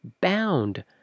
bound